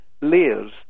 layers